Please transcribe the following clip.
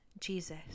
Jesus